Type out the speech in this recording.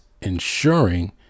ensuring